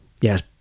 yes